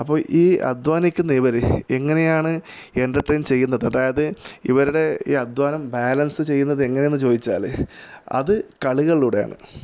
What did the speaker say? അപ്പോള് ഈ അധ്വാനിക്കുന്ന ഇവര് എങ്ങനെയാണ് എൻ്റർടെയ്ന് ചെയ്യുന്നത് അതായത് ഇവരുടെ ഈ അധ്വാനം ബാലൻസ് ചെയ്യുന്നത് എങ്ങനെയെന്നു ചോദിച്ചാല് അത് കളികളുടെയാണ്